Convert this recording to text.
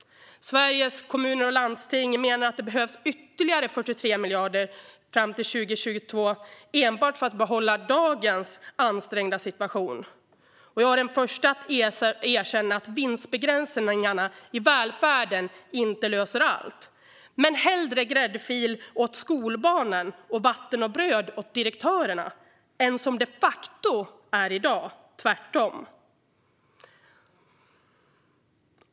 Sveriges Kommuner och Landsting menar att det behövs ytterligare 43 miljarder fram till 2022 enbart för att behålla dagens ansträngda situation. Jag är den första att erkänna att vinstbegränsningar i välfärden inte löser allt, men hellre gräddfil åt skolbarnen och vatten och bröd åt direktörerna än som det de facto är i dag: tvärtom.